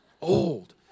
old